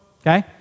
Okay